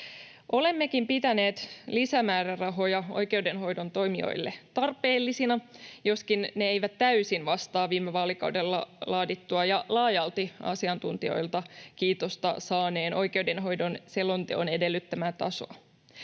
Olemmekin pitäneet lisämäärärahoja oikeudenhoidon toimijoille tarpeellisina, joskaan ne eivät täysin vastaa viime vaalikaudella laadittua ja laajalti asiantuntijoilta kiitosta saaneen oikeudenhoidon selonteon edellyttämää tasoa.